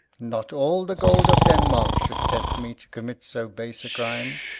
not all the gold of denmark should tempt me to commit so base a crime,